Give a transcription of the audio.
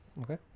okay